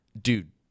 Dude